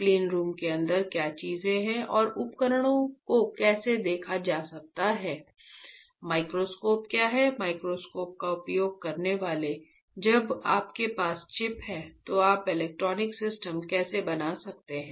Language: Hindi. क्लीनरूम के अंदर क्या चीजें हैं और उपकरणों को कैसे देखा जा सकता है माइक्रोस्कोप क्या है माइक्रोस्कोप का उपयोग करने वाले जब आपके पास चिप है तो आप इलेक्ट्रॉनिक सिस्टम कैसे बना सकते हैं